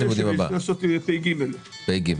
פ"ג.